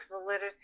validity